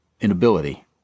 inability